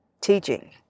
teaching